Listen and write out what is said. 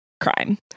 crime